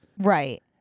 Right